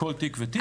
כול תיק ותיק.